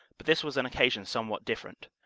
but this was an occasion somewhat different.